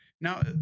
Now